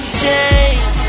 change